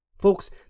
Folks